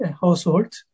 household